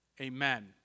Amen